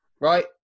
Right